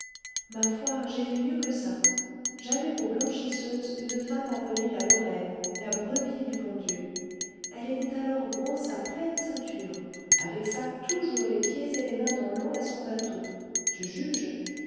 ma foi j'ai mieux fait que ça j'avais pour blanchisseuse une femme appelée la lorraine la brebis du bon dieu elle était alors grosse à pleine ceinture avec ça toujours les pieds et les mains dans l'eau à son bateau tu juges